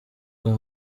bwa